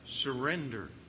Surrender